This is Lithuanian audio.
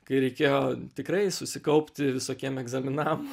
kai reikėjo tikrai susikaupti visokiem egzaminam